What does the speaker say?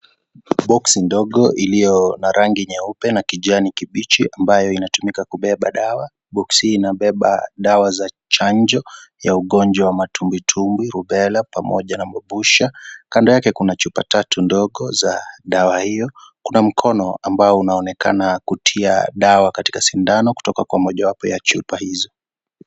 Box ndogo iliyo na rangi nyeupe na kijani kibichi amabayo inatumika kubeba dawa. Box hii inabeba dawa za chanjo ya ugonjwa wa matumbwitumbwi, rubella pamoja na mabusha. Kando yake kuna chupa tatu ndogo za dawa hiyo. Kuna mkono ambao unaonekana kutia dawa katika sindano kutoka kwa mojawapo ya chupa hizo.